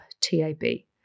T-A-B